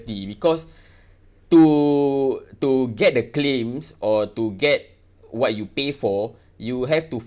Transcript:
because to to get the claims or to get what you pay for you have to